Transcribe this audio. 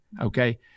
okay